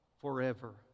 forever